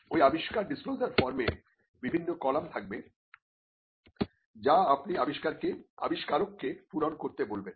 ওই আবিষ্কার ডিসক্লোজার ফর্মে বিভিন্ন কলাম থাকবে যা আপনি আবিষ্কারককে পূরণ করতে বলবেন